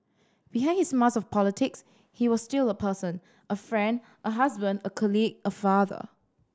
behind his mask of politics he was still a person a friend a husband a colleague a father